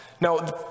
Now